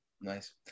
Nice